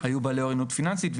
היו בעלי אוריינות פיננסית,